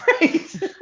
Right